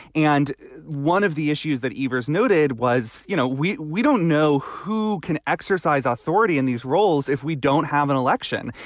and one of the issues that ivas noted was, you know, we we don't know who can exercise authority in these roles if we don't have an election.